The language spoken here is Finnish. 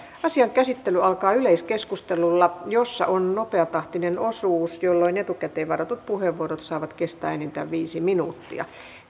asian käsittely alkaa yleiskeskustelulla jossa on nopeatahtinen osuus jolloin etukäteen varatut puheenvuorot saavat kestää enintään viisi minuuttia